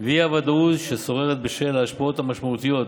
והאי-ודאות ששוררת בשל ההשפעות המשמעותיות